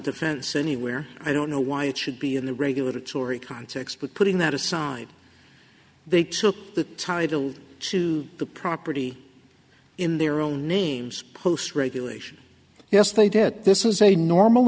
defense anywhere i don't know why it should be in the regulatory context but putting that aside they took the title to the property in their own names post regulation yes they did this is a normal